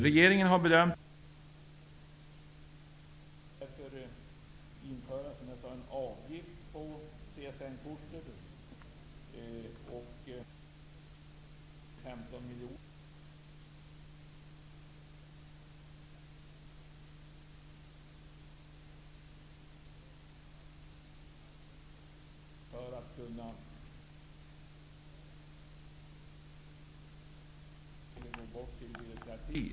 Regeringen har bedömt detta på ett annat sätt och vill införa en avgift på CSN-kortet och på det sättet få in 15 miljoner till statskassan.